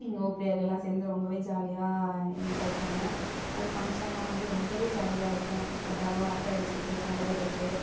எங்கள் ஓர்ப்பிடியாங்கலாம் எல்லாம் சேர்ந்து ரொம்ப ஜாலியாக என்ஜாய் பண்ணுவோம் அது பங்க்ஷன்னா வந்து ரொம்ப ஜாலியாக இருக்கும் எப்போது பார்த்தாலும் அரட்டை அடிச்சிட்டு சண்டை போட்டுகிட்டு